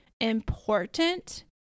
important